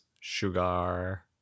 sugar